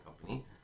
company